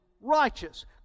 righteous